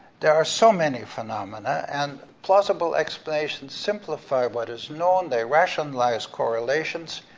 there are so many phenomena, and plausible explanations simplify what is known, they rationalize correlations,